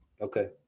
Okay